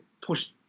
push